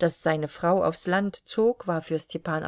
daß seine frau aufs land zog war für stepan